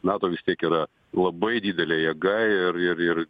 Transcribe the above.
nato vis tiek yra labai didelė jėga ir ir ir